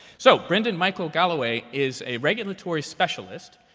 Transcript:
so brendan-michael galloway is a regulatory specialist.